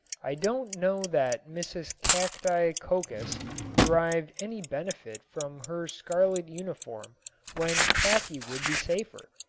i don't know that mrs. cacti coccus derived any benefit from her scarlet uniform when khaki would be safer,